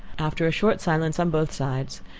after a short silence on both sides,